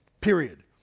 Period